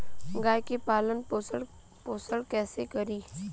गाय के पालन पोषण पोषण कैसे करी?